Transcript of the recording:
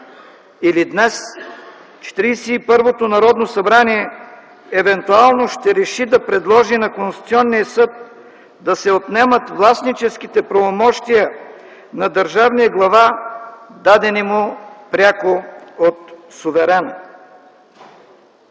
и първото Народно събрание евентуално ще реши да предложи на Конституционния съд да се отнемат властническите правомощия на държавния глава, дадени му пряко от суверена.